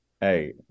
Hey